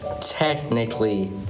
technically